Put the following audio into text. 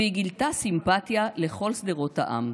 / והיא גלתה סימפתיה / לכל שדרות העם,